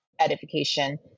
edification